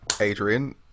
Adrian